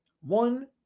one